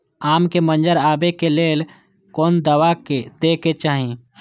आम के मंजर आबे के लेल कोन दवा दे के चाही?